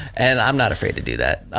and i'm not afraid to do that.